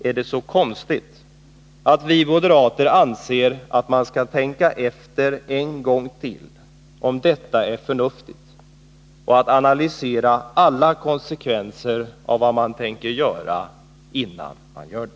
Är det så konstigt att vi moderater anser att man skall tänka efter en gång till om detta är förnuftigt och analysera alla konsekvenser av vad man tänker göra innan man gör det?